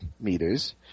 meters